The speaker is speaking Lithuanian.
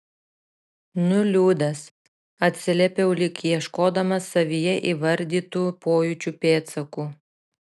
nuliūdęs atsiliepiau lyg ieškodamas savyje įvardytų pojūčių pėdsakų